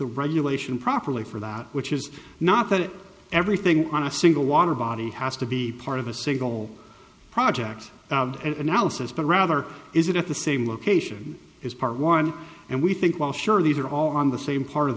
regulation properly for that which is not that everything on a single water body has to be part of a single project analysis but rather is it at the same location is part one and we think well sure these are all on the same part of